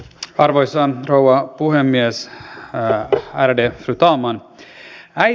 arvoisa rouva puhemies ärade fru talman